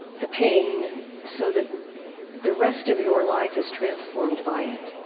the pain so that the rest of your life is transformed by it.